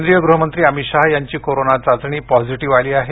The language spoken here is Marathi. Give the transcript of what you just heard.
केंद्रीय गृह मंत्री अमित शहा यांची कोरोना चाचणी पॉझिटीव आली आहे